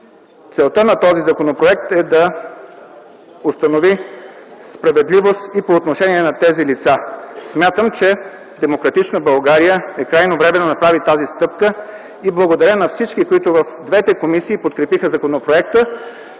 целта на този законопроект е да установи справедливост и по отношение на тези лица. Смятам, че демократична България е крайно време да направи тази стъпка и благодаря на всички, които в двете комисии подкрепиха законопроекта,